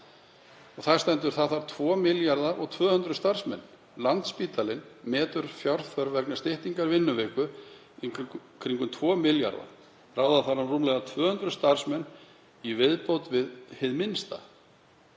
Hér stendur: „Það þarf 2 milljarða og 200 starfsmenn. Landspítalinn metur fjárþörf vegna styttingar vinnuviku í kringum 2 milljarða króna. Ráða þarf rúmlega 200 starfsmenn í viðbót hið minnsta.“